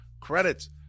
Credits